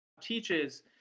teaches